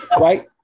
right